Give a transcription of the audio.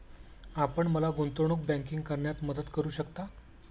आपण मला गुंतवणूक बँकिंग करण्यात मदत करू शकता?